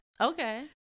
Okay